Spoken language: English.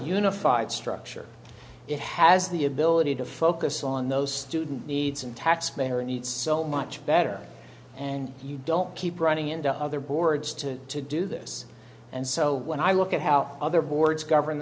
unified structure it has the ability to focus on those student needs and taxpayer needs so much better and you don't keep running into other boards to to do this and so when i look at how other boards govern